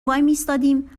وایمیستادیم